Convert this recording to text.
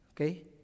Okay